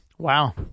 Wow